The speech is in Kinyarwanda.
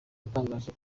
yatangaje